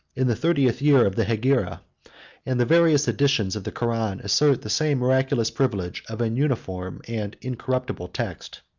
in the thirtieth year of the hegira and the various editions of the koran assert the same miraculous privilege of a uniform and incorruptible text.